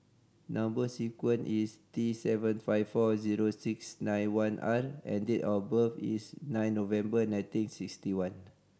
number sequence is T seven five four zero six nine one R and date of birth is nine November nineteen sixty one